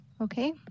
okay